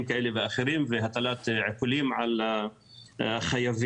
כאלה ואחרים והטלת עיקולים על החייבים.